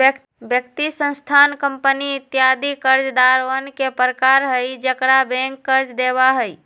व्यक्ति, संस्थान, कंपनी इत्यादि कर्जदारवन के प्रकार हई जेकरा बैंक कर्ज देवा हई